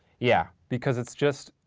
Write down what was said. yeah. because it's just,